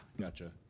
gotcha